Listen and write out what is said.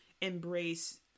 embrace